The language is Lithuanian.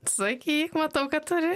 sakyk matau kad turi